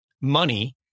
money